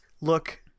look